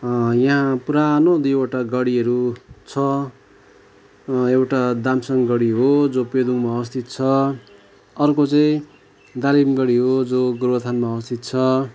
यहाँ पुरानो दुईवटा गढीहरू छ एउटा दामसाङगढी हो जो पेदोङमा अवस्थित छ अर्को चाहिँ दालिमगढी हो जो गोरुबथानमा अवस्थित छ